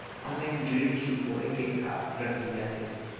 Online ऋण चुकोय के का प्रक्रिया हे?